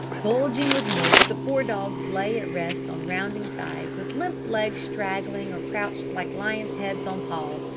bulging with mush the four dogs lay at rest on rounding sides with limp legs straggling, or crouched like lions' heads on paws,